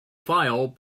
file